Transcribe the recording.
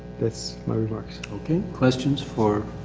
that's my remarks. okay, questions for,